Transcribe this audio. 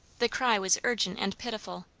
the cry was urgent and pitiful.